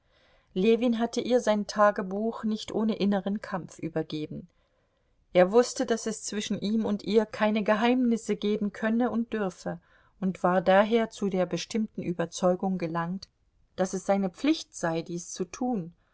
ljewin hatte ihr sein tagebuch nicht ohne inneren kampf übergeben er wußte daß es zwischen ihm und ihr keine geheimnisse geben könne und dürfe und war daher zu der bestimmten überzeugung gelangt daß es seine pflicht sei dies zu tun